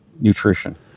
nutrition